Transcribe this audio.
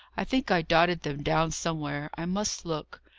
i think i dotted them down somewhere i must look.